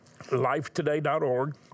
Lifetoday.org